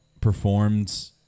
performed